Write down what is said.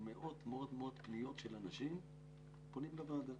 מאות פניות של אנשים שפונים לוועדה.